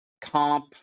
comp